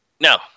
No